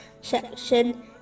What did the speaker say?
section